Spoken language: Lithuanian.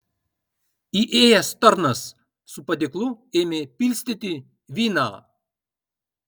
įėjęs tarnas su padėklu ėmė pilstyti vyną